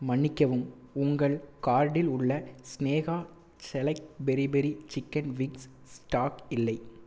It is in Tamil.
மன்னிக்கவும் உங்கள் கார்ட்டில் உள்ள Sneha select peri peri chicken wings stock இல்லை